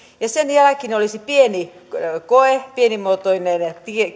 ja sen jälkeen olisi pienimuotoinen